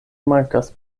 mankas